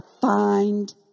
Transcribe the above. find